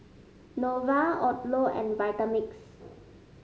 Nova Odlo and Vitamix